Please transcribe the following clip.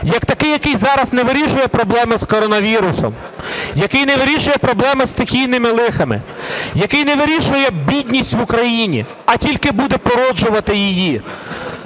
як такий, який зараз не вирішує проблеми з коронавірусом, який не вирішує проблеми із стихійними лихами, який не вирішує бідність в Україні, а тільки буде породжувати її.